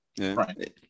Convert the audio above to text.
right